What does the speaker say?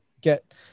get